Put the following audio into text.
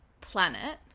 planet